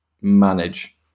manage